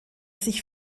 sich